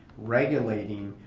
regulating,